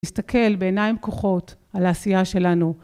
תסתכל בעיניים פקוחות על העשייה שלנו